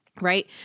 right